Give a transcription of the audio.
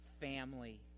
family